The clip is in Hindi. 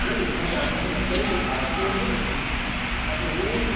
नहीं इतना चार्जेस तो लगता ही नहीं पास में तो है महीदपुर के इतना तो लगेगा ही नहीं